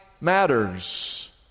matters